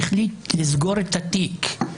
והחליט לסגור את התיק.